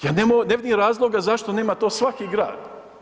Ja ne vidim razloga zašto nema to svaki grad.